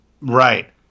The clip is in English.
Right